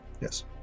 Yes